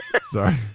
Sorry